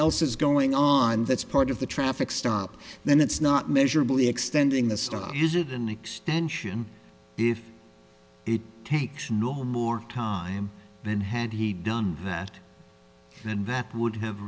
else is going on that's part of the traffic stop then it's not measurably extending the stop is it an extension if it takes no more time then had he done that then that would have